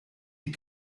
die